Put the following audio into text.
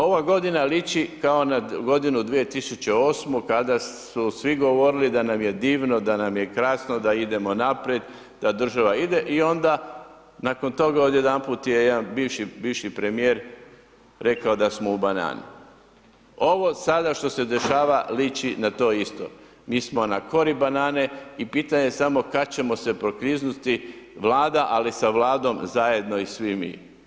Ova godina liči kao na godinu 2008. kada su svi govorili da nam je divno, da nam je krasno, da idemo naprijed, da država ide i onda nakon toga od jedanput je jedan bivši, bivši premijer rekao Ovo sada što se dešava liči na to isto, mi smo na kori banane i pitanje je samo kad ćemo se prokliznuti, Vlada, ali sa Vladom zajedno i svi mi.